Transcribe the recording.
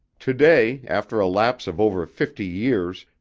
today, after a lapse of over fifty years,